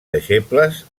deixebles